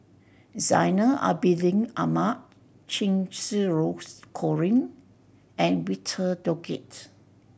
Zainal Abidin Ahmad Cheng Xinru Colin and Victor Doggett